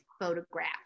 photograph